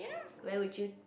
where would you